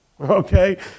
Okay